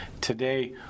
today